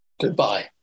Goodbye